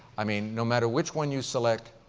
i mean, no matter which one you select,